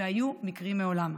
והיו מקרים מעולם.